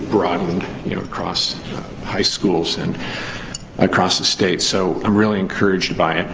brought in and you know across high schools and across the state. so, i'm really encouraged by